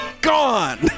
Gone